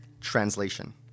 translation